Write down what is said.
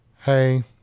hey